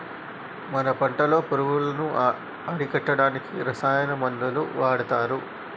మన పంటలో పురుగులను అరికట్టడానికి రసాయన మందులు వాడతారు